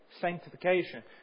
Sanctification